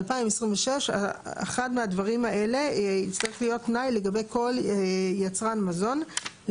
ב-2026 אחד מהדברים האלה יצטרך להיות תנאי לגבי כל יצרן מזון,